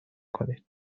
کنید